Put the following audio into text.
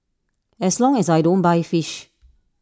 as long as I don't buy fish